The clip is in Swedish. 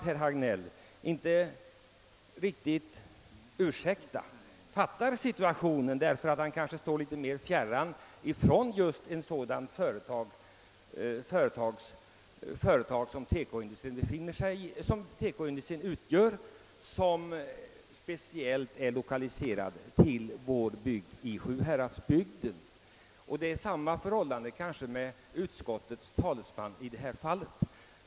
Herr Hagnell får ursäkta mig om jag säger att det är möjligt att han inte riktigt fattar situationen, eftersom han står fjärran ifrån TEKO-industrin som speciellt är lokaliserad till Sjuhäradsbygden. Kanske är förhållandet detsamma med utskottets talesman i detta fall.